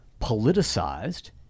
politicized